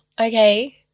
okay